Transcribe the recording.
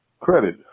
credit